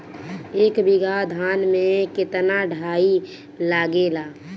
एक बीगहा धान में केतना डाई लागेला?